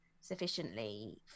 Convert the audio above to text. sufficiently